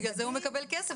בגלל זה הוא מקבל כסף,